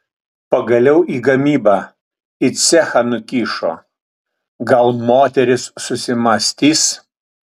pagaliau į gamybą į cechą nukišo gal moteris susimąstys